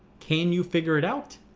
can you figure it out?